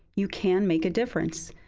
you can make a difference.